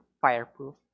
fireproof